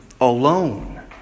alone